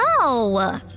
No